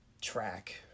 track